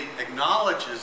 acknowledges